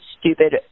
stupid